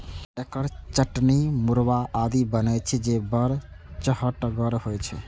एकर चटनी, मुरब्बा आदि बनै छै, जे बड़ चहटगर होइ छै